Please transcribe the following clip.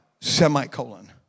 semicolon